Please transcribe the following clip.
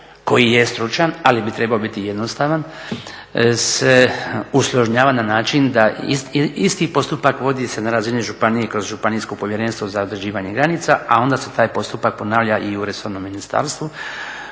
koji je stručan ali bi trebao biti jednostavan, se … na način da isti postupak vodi se na razini županije i kroz Županijsko povjerenstvo za određivanje granica, a onda se taj postupak ponavlja i u resornom ministarstvu